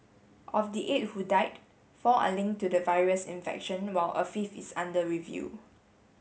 of the eight who died four are linked to the virus infection while a fifth is under review